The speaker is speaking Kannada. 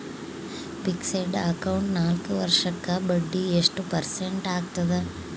ಫಿಕ್ಸೆಡ್ ಅಕೌಂಟ್ ನಾಲ್ಕು ವರ್ಷಕ್ಕ ಬಡ್ಡಿ ಎಷ್ಟು ಪರ್ಸೆಂಟ್ ಆಗ್ತದ?